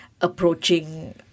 approaching